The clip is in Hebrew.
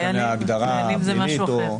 חיילים זה משהו אחר.